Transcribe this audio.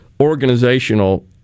organizational